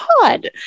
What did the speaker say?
God